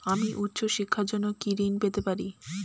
আমি উচ্চশিক্ষার জন্য কি ঋণ পেতে পারি?